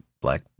black